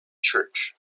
church